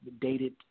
dated